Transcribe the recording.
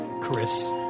Chris